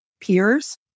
peers